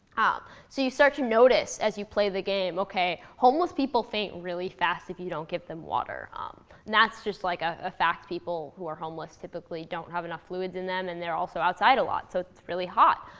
ah so you start to notice as you play the game, ok, homeless people faint really fast if you don't give them water. and that's just like ah a fact. people who are homeless typically don't have enough fluids in them. and they're also outside a lot. so it's really hot.